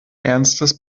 ernstes